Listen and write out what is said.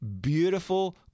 beautiful